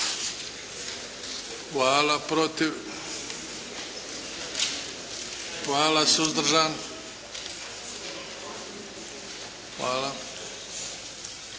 Hvala. Protiv? Hvala. Suzdržan? Hvala.